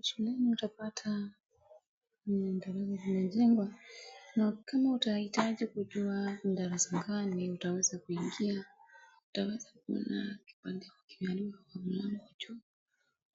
Shuleni utapata dasara zimejengwa na kama utahitaji kujua ni darasa gani utaweza kuingia utaweza kuona kipande kimeandikwa kwa mlango juu